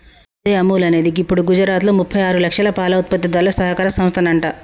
అదే అముల్ అనేది గిప్పుడు గుజరాత్లో ముప్పై ఆరు లక్షల పాల ఉత్పత్తిదారుల సహకార సంస్థనంట